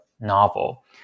novel